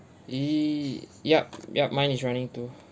y~ ya ya mine is running too